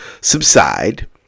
subside